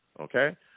okay